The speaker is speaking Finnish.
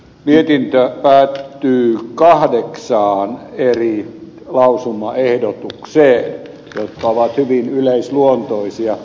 mietintö päättyy kahdeksaan eri lausumaehdotukseen jotka ovat hyvin yleisluontoisia